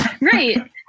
Right